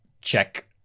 check